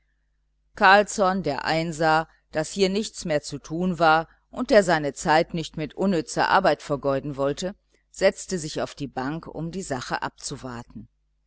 carlsson der einsah daß hier nichts mehr zu tun war und der seine zeit nicht mit unnützer arbeit vergeuden wollte setzte sich auf die bank um die sache abzuwarten